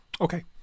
Okay